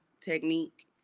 technique